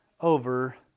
over